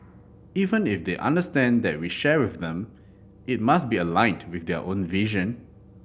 even if they understand and we share with them it must be aligned with their own vision